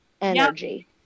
energy